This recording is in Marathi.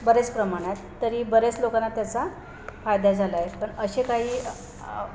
बरेच प्रमाण आहेत तरी बऱ्याच लोकांना त्याचा फायदा झाला आहे पण असे काही